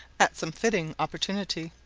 at some fitting opportunity.